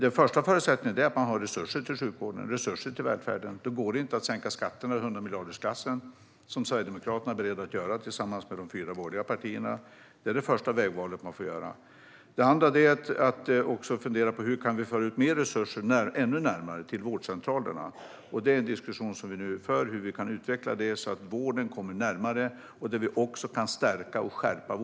Den första förutsättningen är att man har resurser till sjukvården och välfärden. Då kan man inte sänka skatten i 100-miljardersklassen, som Sverigedemokraterna är beredda att göra tillsammans med de fyra borgerliga partierna. Detta är det första vägval man får göra. Det andra är att fundera på hur vi kan föra ut mer resurser ännu närmare vårdcentralerna. Vi för nu en diskussion om hur vi kan utveckla detta, så att vården kommer närmare och vårdgarantin förstärks och skärps.